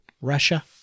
Russia